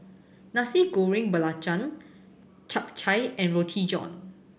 Nasi Goreng Belacan Chap Chai and Roti John